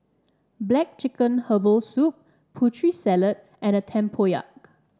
black chicken Herbal Soup Putri Salad and Tempoyak